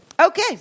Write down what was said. Okay